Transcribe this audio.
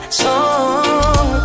song